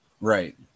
Right